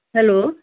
hello